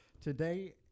today